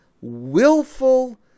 willful